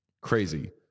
Crazy